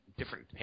different